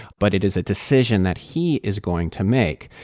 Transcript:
but it is a decision that he is going to make.